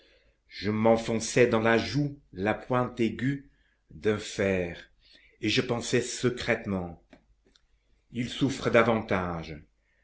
je m'enfonçais dans la joue la pointe aiguë d'un fer et je pensais secrètement ils souffrent davantage